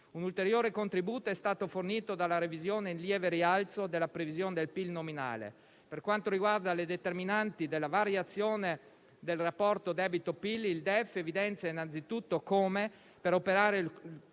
Un ulteriore contributo è stato fornito dalla revisione in lieve rialzo della previsione del PIL nominale. Per quanto riguarda le determinanti della variazione del rapporto debito-PIL, Il DEF evidenzia innanzi tutto come, per l'operare